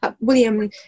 William